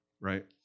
right